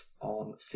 on